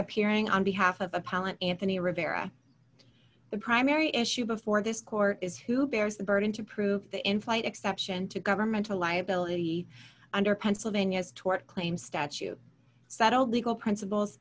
appearing on behalf of the pollen anthony rivera the primary issue before this court is who bears the burden to prove the in flight exception to governmental liability under pennsylvania's tort claim statute settled legal principles